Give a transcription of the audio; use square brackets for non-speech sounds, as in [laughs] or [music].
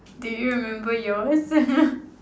did you remember yours [laughs]